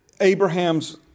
Abraham's